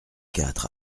quatre